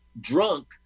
drunk